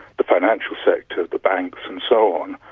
the financial sector, the banks and so on,